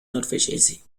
norvegesi